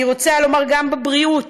אני רוצה לומר: גם בבריאות,